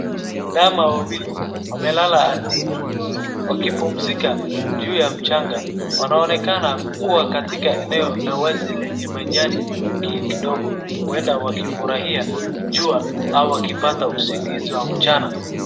Ndama wawili wamelala ardhini wakipumzika juu ya mchanga. Wanaonekana kuwa katika eneo la wazi lenye majani kidogo huenda wakifurahia jua au wakipata usingizi wa mchana.